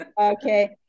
Okay